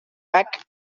back